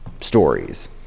stories